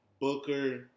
Booker